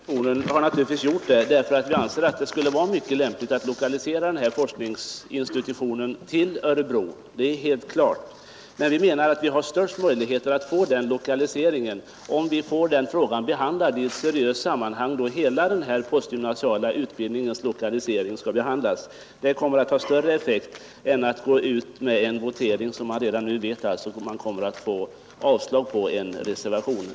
Herr talman! Vi som har skrivit den här motionen har naturligtvis gjort det därför att vi anser att det skulle vara lämpligt att lokalisera forskningsinstitutionen till Örebro, det är helt klart. Men vi menar att vi har de största möjligheterna att få den lokaliseringen, om vi får frågan avgjord i ett seriöst sammanhang då hela den här postgymnasiala utbildningens lokalisering behandlas. Det kommer att ha större effekt än om vi går ut i en votering, när vi redan nu vet att vi skulle få avslag på en reservation.